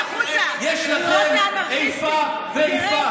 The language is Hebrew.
יש לכם איפה ואיפה.